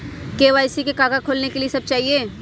KYC का का खोलने के लिए कि सब चाहिए?